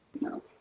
No